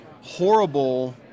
horrible